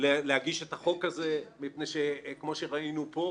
להגיש את החוק הזה מפני שכמו שראינו פה